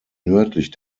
nördlich